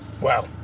wow